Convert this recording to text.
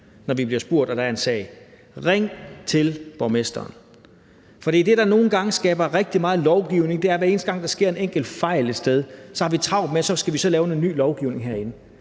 når vi bliver spurgt og der er en sag: Ring til borgmesteren! For det, der nogle gange skaber rigtig meget lovgivning, er, at hver eneste gang, der sker en enkelt fejl et sted, har vi travlt med så at skulle lave ny lovgivning herinde,